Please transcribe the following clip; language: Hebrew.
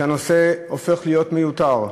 שהנושא הופך להיות מיותר.